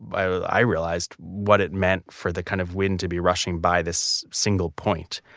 i i realized what it meant for the kind of wind to be rushing by this single point.